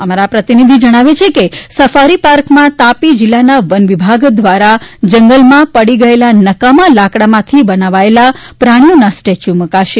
અમારા પ્રતિનિધિ જણાવે છે કે સફારી પાર્કમાં તાપી જિલ્લાના વન વિભાગ દ્વારા જંગલમાં પડી ગયેલા નકામા લાકડામાંથી બનાવાયેલા પ્રાણીઓના સ્ટેચ્યુ મુકાશે